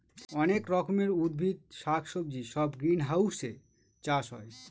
অনেক রকমের উদ্ভিদ শাক সবজি সব গ্রিনহাউসে চাষ হয়